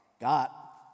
got